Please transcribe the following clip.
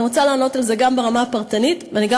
אני רוצה לענות על זה גם ברמה הפרטנית ואני גם